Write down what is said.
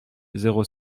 zéro